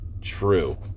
true